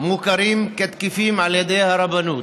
מוכרים כתקפים על ידי הרבנות.